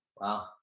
Wow